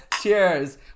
Cheers